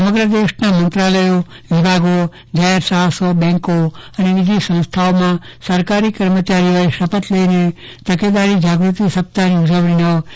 સમગ્ર દેશના મંત્રાલયો વિભાગો જાહેર સાહસો બેન્કો અને બીજી સંસ્થાઓમાં સરકારી કર્મચારીઓએ શપથ લઇને તકેદારી જાગૃતિ સપ્તાહની ઉજવણીનો આરંભ કર્યો છે